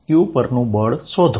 q પરનું બળ શોધો